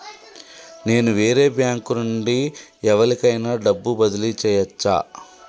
నేను వేరే బ్యాంకు నుండి ఎవలికైనా డబ్బు బదిలీ చేయచ్చా?